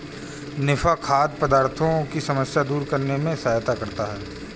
निफा खाद्य पदार्थों की समस्या दूर करने में सहायता करता है